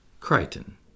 Crichton